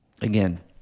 again